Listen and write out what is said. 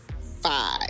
five